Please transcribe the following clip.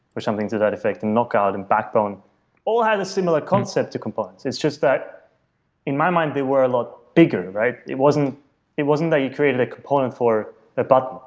which something to that effect and knockout and backbone all had a similar concept to components. it's just that in my mind, they were a lot bigger. it wasn't it wasn't that you created a component for a bot,